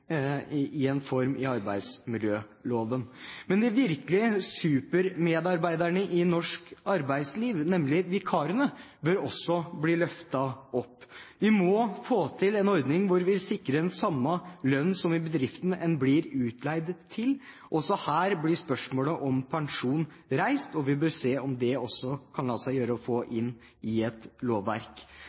i en form i arbeidsmiljøloven. Men de virkelige supermedarbeiderne i norsk arbeidsliv, nemlig vikarene, bør også bli løftet opp. Vi må få til en ordning hvor vi sikrer den samme lønnen som i den bedriften en blir utleid til. Også her blir spørsmålet om pensjon reist, og vi bør se om det også kan la seg gjøre å få inn i et lovverk.